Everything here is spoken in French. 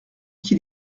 qui